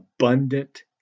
abundant